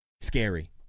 scary